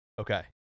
Okay